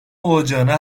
olacağına